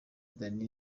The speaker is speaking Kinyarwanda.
danny